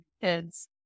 kids